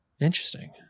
Interesting